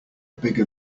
bigger